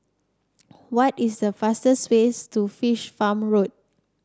what is the fastest way to Fish Farm Road